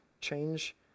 change